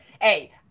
Hey